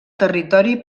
territori